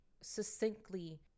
succinctly